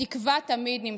התקווה תמיד נמצאת.